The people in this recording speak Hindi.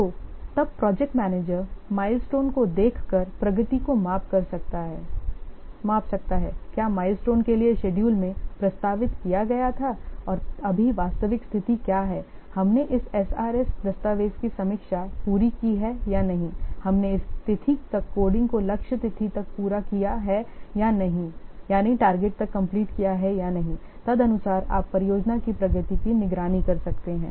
तो तब प्रोजेक्ट मैनेजर माइलस्टोन को देखकर प्रगति को माप सकता है क्या माइलस्टोन के लिए शेड्यूल में प्रस्तावित किया गया था और अभी वास्तविक स्थिति क्या हैहमने इस SRS दस्तावेज़ की समीक्षा पूरी की है या नहीं हमने इस तिथि तक कोडिंग को लक्ष्य तिथि तक पूरा किया है या नहीं तदनुसार आप परियोजना की प्रगति की निगरानी कर सकते हैं